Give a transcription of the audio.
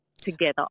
together